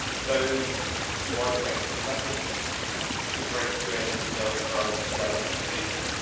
so you won't rate, there's nothing just differentiating yourself from the other competition,